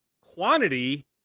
quantity